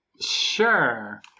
Sure